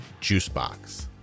juicebox